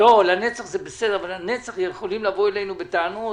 לנצח זה בסדר אבל יכולים לבוא אלינו בטענות